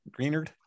greenard